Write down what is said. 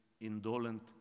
indolent